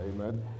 amen